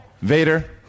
Vader